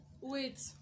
wait